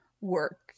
work